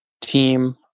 team